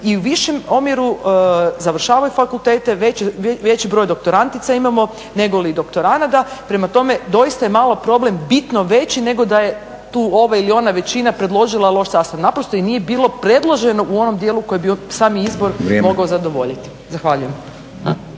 i u višem omjeru i završavaju fakultete, veći broj doktorantica imamo nego li doktoranata prema tome doista je malo problem bitno veći nego da je tu ova ili ona većina predložila loš sastav. Naprosto i nije bilo predloženo u onom djelu koji bi sam izbor mogao zadovoljiti. Zahvaljujem.